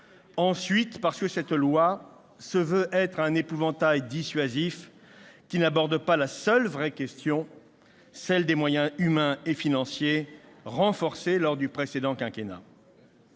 ensuite, parce que cette loi veut être un épouvantail dissuasif, qui n'aborde pas la seule vraie question : celle des moyens humains et financiers, renforcés lors du précédent quinquennat.